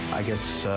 i guess